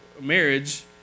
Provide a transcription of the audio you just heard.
marriage